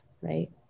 right